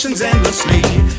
endlessly